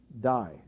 die